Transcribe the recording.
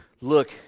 look